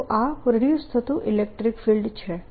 તો આ પ્રોડ્યુસ થતું ઇલેક્ટ્રીક ફિલ્ડ છે